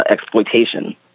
exploitation